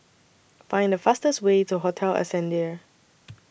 Find The fastest Way to Hotel Ascendere